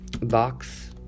box